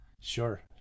Sure